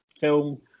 film